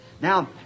Now